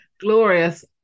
glorious